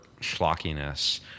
schlockiness